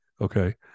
Okay